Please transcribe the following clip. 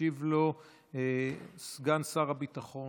ישיב לו סגן שר הביטחון